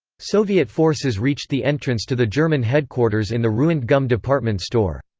soviet forces reached the entrance to the german headquarters in the ruined gum department store.